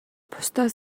бусдаас